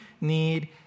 need